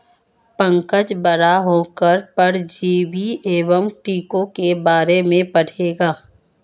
पंकज बड़ा होकर परजीवी एवं टीकों के बारे में पढ़ेगा